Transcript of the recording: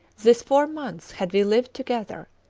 this four months had we lived together,